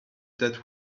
that